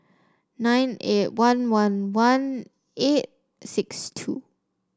nine eight one one one eight six two